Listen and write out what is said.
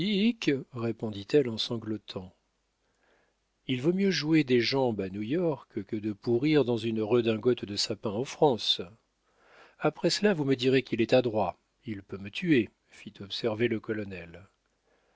répondit-elle en sanglotant il vaut mieux jouer des jambes à new-york que de pourrir dans une redingote de sapin en france après cela vous me direz qu'il est adroit il peut me tuer fit observer le colonel